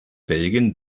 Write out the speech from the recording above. belgien